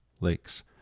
Lakes